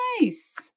Nice